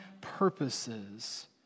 purposes